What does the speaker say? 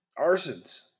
arsons